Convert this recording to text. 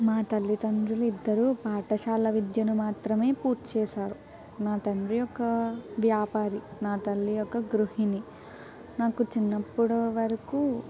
మా తల్లిదండ్రులు ఇద్దరు పాఠశాల విద్యను మాత్రమే పూర్తి చేశారు నా తండ్రి యొక్క వ్యాపారి నా తల్లి యొక్క గృహిణి నాకు చిన్నప్పుడు వరకు